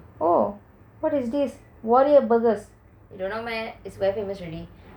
oh what is this warriors burgers oh